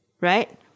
Right